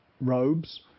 robes